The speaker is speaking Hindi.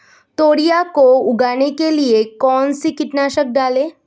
तोरियां को उगाने के लिये कौन सी कीटनाशक डालें?